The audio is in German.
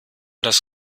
das